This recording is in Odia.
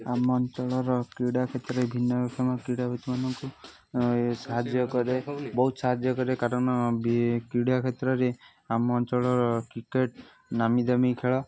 ଆମ ଅଞ୍ଚଳର କ୍ରୀଡ଼ା କ୍ଷେତ୍ରରେ ଭିନ୍ନ ରକମ କ୍ରୀଡ଼ାବିତମାନଙ୍କୁ ଏ ସାହାଯ୍ୟ କରେ ବହୁତ ସାହାଯ୍ୟ କରେ କାରଣ ବି କ୍ରୀଡ଼ା କ୍ଷେତ୍ରରେ ଆମ ଅଞ୍ଚଳର କ୍ରିକେଟ ନାମି ଦାମୀ ଖେଳ